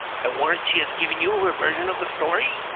i warrant she has given you her version of the story.